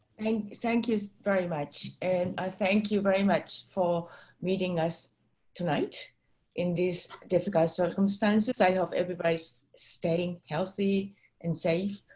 thank you. thank you very much, and i thank you very much for meeting us tonight in this difficult circumstances i have everybody's staying healthy and safe.